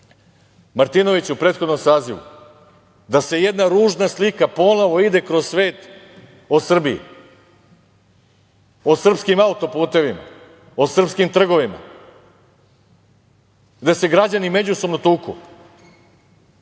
Martinovića u prethodnom sazivu da jedna ružna slika ponovo ide kroz svet o Srbiji, o srpskim auto-putevima, o srpskim trgovima, gde se građani međusobno tuku.